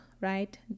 right